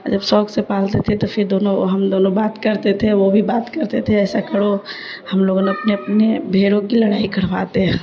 جب شوق سے پالتے تھے تو پھر دونوں ہم دونوں بات کرتے تھے وہ بھی بات کرتے تھے ایسا کرو ہم لوگوں نے اپنے اپنے بھِیڑوں کی لڑائی کرواتے ہیں